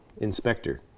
Inspector